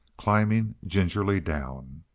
climbing gingerly down.